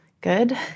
good